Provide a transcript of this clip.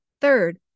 Third